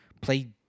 Play